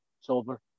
sober